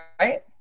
right